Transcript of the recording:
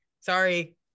Sorry